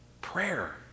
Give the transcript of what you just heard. Prayer